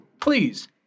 Please